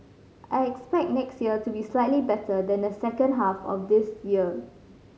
I expect next year to be slightly better than the second half of this year